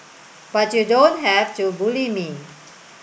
but you don't have to bully me